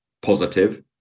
positive